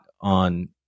on